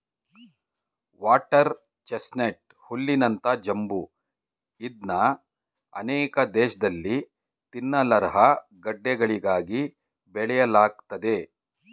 water chestnut ಹುಲ್ಲಿನಂತ ಜಂಬು ಇದ್ನ ಅನೇಕ ದೇಶ್ದಲ್ಲಿ ತಿನ್ನಲರ್ಹ ಗಡ್ಡೆಗಳಿಗಾಗಿ ಬೆಳೆಯಲಾಗ್ತದೆ